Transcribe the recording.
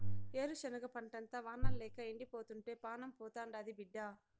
ఏరుశనగ పంటంతా వానల్లేక ఎండిపోతుంటే పానం పోతాండాది బిడ్డా